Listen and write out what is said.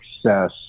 success